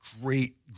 great